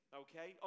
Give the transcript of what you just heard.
okay